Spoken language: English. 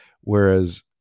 Whereas